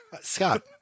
Scott